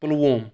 Pulwama